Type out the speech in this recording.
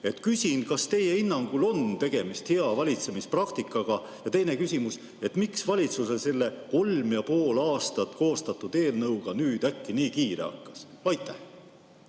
Küsin: kas teie hinnangul on tegemist hea valitsemispraktikaga? Ja teine küsimus: miks valitsusel selle kolm ja pool aastat koostatud eelnõuga nüüd äkki nii kiire hakkas? Aitäh!